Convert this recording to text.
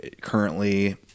currently